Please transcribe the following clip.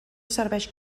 serveix